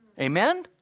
Amen